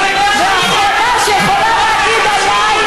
את האחרונה שיכולה להגיד עליי,